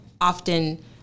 often